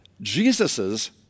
Jesus's